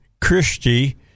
Christie